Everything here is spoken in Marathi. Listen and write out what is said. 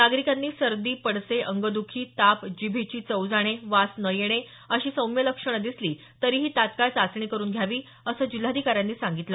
नागरिकांनी सर्दी पडसे अंगदुखी ताप जीभेची चव जाणे वास न येणे अशी सौम्य लक्षणं दिसली तरीही तत्काळ चाचणी करून घ्यावी असं जिल्हाधिकाऱ्यांनी सांगितलं